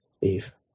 Eve